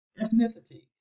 ethnicity